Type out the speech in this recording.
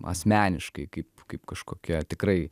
asmeniškai kaip kaip kažkokia tikrai